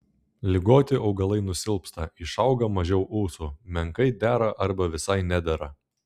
ligoti augalai nusilpsta išauga mažiau ūsų menkai dera arba visai nedera